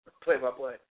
play-by-play